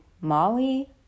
Molly